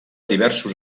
diversos